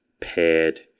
paired